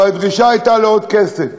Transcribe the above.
אבל הייתה דרישה לעוד כסף.